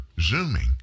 zooming